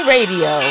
Radio